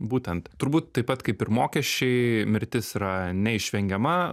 būtent turbūt taip pat kaip ir mokesčiai mirtis yra neišvengiama